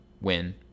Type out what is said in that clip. win